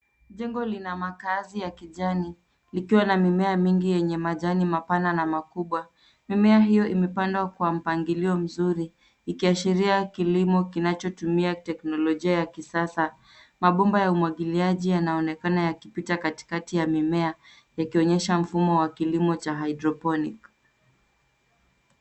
Jengo lina makaazi ya kijani likiwa na mimea mingi yenye majani mapana na makubwa. Mimea hiyo imepandwa kwa mpangilio mzuri, ikiashiria kilimo kinachotumia teknolojia ya kisasa. Mabomba ya umwagiliaji yanaonekana yakipita katikati ya mimea, yakionyesha mfumo wa kilimo wa haidroponi.